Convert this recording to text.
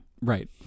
Right